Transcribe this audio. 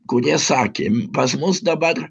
kurie sakė pas mus dabar